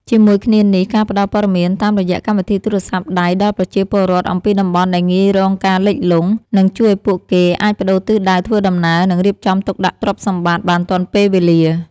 ជាមួយគ្នានេះ ការផ្តល់ព័ត៌មានតាមរយៈកម្មវិធីទូរស័ព្ទដៃដល់ប្រជាពលរដ្ឋអំពីតំបន់ដែលងាយរងការលិចលង់ នឹងជួយឱ្យពួកគេអាចប្តូរទិសដៅធ្វើដំណើរ និងរៀបចំទុកដាក់ទ្រព្យសម្បត្តិបានទាន់ពេលវេលា។